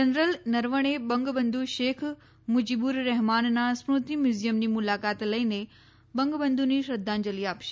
general Naravane Bangabandhu Sheikh Mujibur રહેમાનના સ્મૃતિ મ્યુઝિયમની મુલાકાત લઈને બંગબધુને શ્રધ્ધાંજલિ આપશે